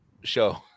show